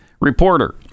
Reporter